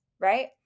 Right